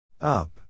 Up